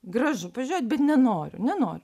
gražu pažiūrėt bet nenoriu nenoriu